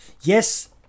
Yes